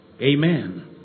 Amen